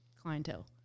clientele